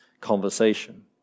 conversation